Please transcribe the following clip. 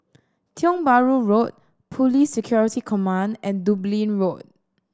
Tiong Bahru Road Police Security Command and Dublin Road